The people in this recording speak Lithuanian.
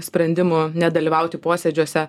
sprendimu nedalyvauti posėdžiuose